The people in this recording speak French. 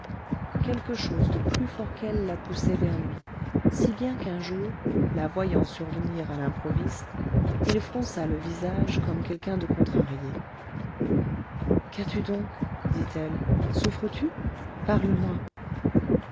quelque chose de plus fort qu'elle la poussait vers lui si bien qu'un jour la voyant survenir à l'improviste il fronça le visage comme quelqu'un de contrarié qu'as-tu donc dit-elle souffres-tu parle-moi